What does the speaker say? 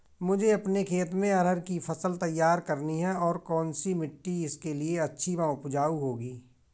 मुझे अपने खेत में अरहर की फसल तैयार करनी है और कौन सी मिट्टी इसके लिए अच्छी व उपजाऊ होगी?